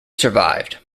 survived